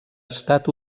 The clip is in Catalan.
estat